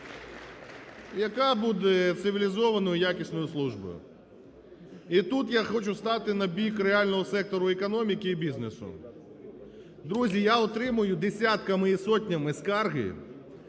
яка буде цивілізованою якісною службою. І тут я хочу стати на бік реального сектору економіки і бізнесу. Друзі, я отримую десятками і сотнями скарги